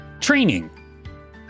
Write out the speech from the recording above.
training